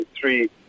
three